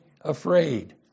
afraid